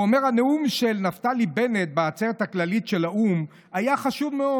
הוא אומר: "הנאום של נפתלי בנט בעצרת הכללית של האו"ם היה חשוב מאוד.